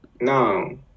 no